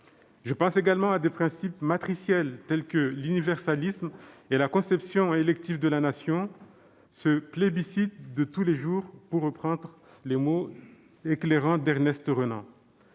Je pense également à des principes matriciels, tels que l'universalisme et la conception élective de la Nation, ce « plébiscite de tous les jours », pour reprendre les mots éclairants d'Ernest Renan.